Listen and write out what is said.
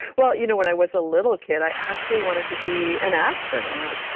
well, you know when i was a little kid, i actually wanted to be an astronaut.